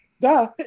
Duh